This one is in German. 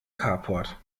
carport